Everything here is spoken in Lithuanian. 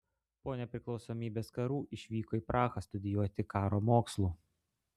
po nepriklausomybės karų išvyko į prahą studijuoti karo mokslų